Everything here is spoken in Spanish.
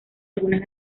algunas